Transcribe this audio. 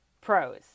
pros